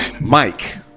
Mike